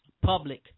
public